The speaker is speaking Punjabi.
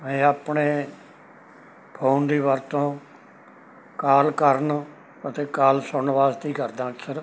ਮੈਂ ਆਪਣੇ ਫੋਨ ਦੀ ਵਰਤੋਂ ਕਾਲ ਕਰਨ ਅਤੇ ਕਾਲ ਸੁਣਨ ਵਾਸਤੇ ਹੀ ਕਰਦਾ ਹਾਂ ਅਕਸਰ